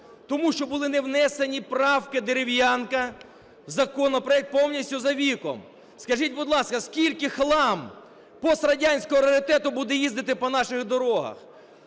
тому що були не внесені правки Дерев'янка в законопроект – повністю за віком. Скажіть, будь ласка, скількихлам пострадянського раритету буде їздити по наших дорогах?